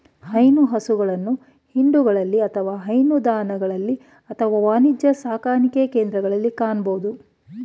ಹೈನು ಹಸುಗಳನ್ನು ಹಿಂಡುಗಳಲ್ಲಿ ಅಥವಾ ಹೈನುದಾಣಗಳಲ್ಲಿ ಅಥವಾ ವಾಣಿಜ್ಯ ಸಾಕಣೆಕೇಂದ್ರಗಳಲ್ಲಿ ಕಾಣಬೋದು